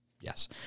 Yes